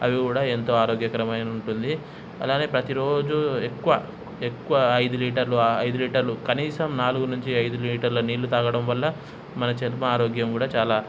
అవి కూడా ఎంతో ఆరోగ్యకరమైన ఉంటుంది అలానే ప్రతిరోజు ఎక్కువ ఎక్కువ ఐదు లీటర్లు ఐదు లీటర్లు కనీసం నాలుగు నుంచి ఐదు లీటర్ల నీళ్లు తాగడం వల్ల మన చర్మ ఆరోగ్యం కూడా చాలా